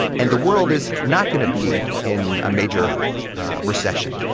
and the world is not going to be in a major recession.